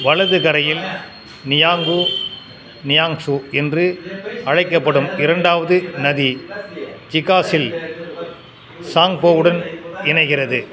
வலது கரையில் நியாங்கு நியாங் ஷூ என்று அழைக்கப்படும் இரண்டாவது நதி ஜிகாஸில் சாங்போவுடன் இணைகிறது